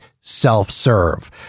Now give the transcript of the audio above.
self-serve